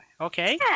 Okay